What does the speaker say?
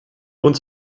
uns